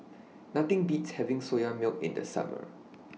Nothing Beats having Soya Milk in The Summer